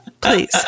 Please